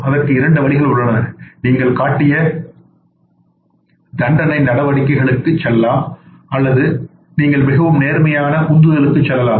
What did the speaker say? அதற்கு இரண்டு வழிகள் உள்ளனநீங்கள் கட்டாய தண்டனை நடவடிக்கைகளுக்கு செல்லலாம் அல்லது நீங்கள் மிகவும் நேர்மறையான உந்துதலுக்கு செல்லலாம்